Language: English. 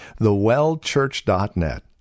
thewellchurch.net